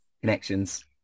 connections